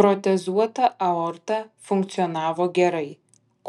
protezuota aorta funkcionavo gerai